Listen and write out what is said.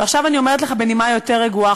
ועכשיו אני אומרת לך בנימה יותר רגועה,